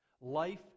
life